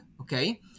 Okay